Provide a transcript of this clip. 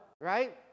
Right